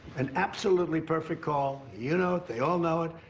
an absolutely perfect call. you know it, they all know it,